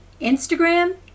Instagram